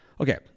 Okay